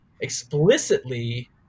explicitly